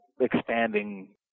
expanding